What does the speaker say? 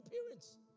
appearance